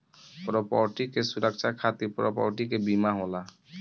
property के सुरक्षा खातिर प्रॉपर्टी के बीमा होला